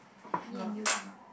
me and you cannot